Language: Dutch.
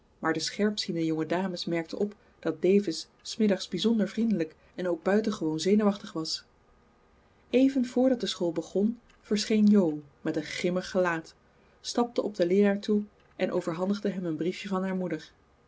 maar de scherpziende jonge dames merkten op dat davis s middags bijzonder vriendelijk en ook buitengewoon zenuwachtig was even voordat de school begon verscheen jo met een grimmig gelaat stapte op den leeraar toe en overhandigde hem een briefje van haar moeder